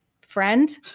friend